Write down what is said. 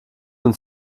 und